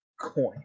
coin